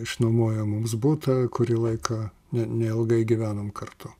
išnuomojo mums butą kurį laiką ne neilgai gyvenom kartu